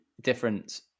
different